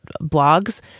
blogs